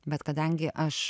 bet kadangi aš